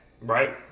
right